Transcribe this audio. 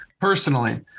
Personally